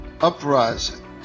Uprising